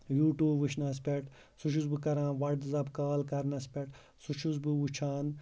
YouTube وٕچھنَس پٮ۪ٹھ سُہ چھُس بہٕ کران واٹٔس اپ کال کرنَس پٮ۪ٹھ سُہ چھُس بہٕ وٕچھان